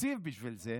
תקציב בשביל זה.